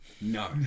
no